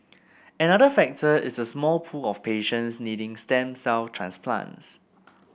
another factor is the small pool of patients needing stem cell transplants